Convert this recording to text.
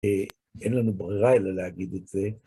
אין לנו ברירה אלא להגיד את זה.